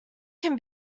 can